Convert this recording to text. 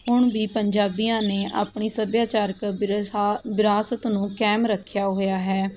ਹੁਣ ਵੀ ਪੰਜਾਬੀਆਂ ਨੇ ਆਪਣੀ ਸੱਭਿਆਚਾਰਕ ਵਿਰਸਾ ਵਿਰਾਸਤ ਨੂੰ ਕਾਇਮ ਰੱਖਿਆ ਹੋਇਆ ਹੈ